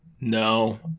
No